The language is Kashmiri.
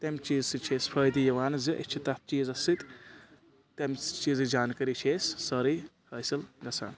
تَمہِ چیٖزٕ سٍتۍ چھِ أسۍ فٲیِدٕ یِوان زِ أسۍ چھِ تتھ چیٖزس سٍتۍ تَمہِ چیٖزٕچ زانٛکٲری چھِ أسۍ سٲرٕے حٲصِل گَژھان